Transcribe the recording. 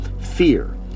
fear